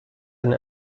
eine